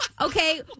Okay